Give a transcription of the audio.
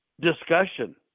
Discussion